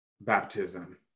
baptism